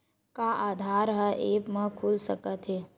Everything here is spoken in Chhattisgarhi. का आधार ह ऐप म खुल सकत हे?